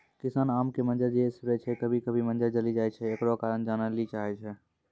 किसान आम के मंजर जे स्प्रे छैय कभी कभी मंजर जली जाय छैय, एकरो कारण जाने ली चाहेय छैय?